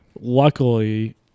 Luckily